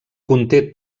conté